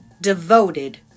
devoted